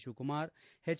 Shivakumar ಹೆಚ್